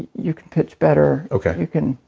you can pitch better okay you can.